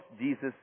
Jesus